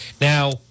Now